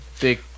big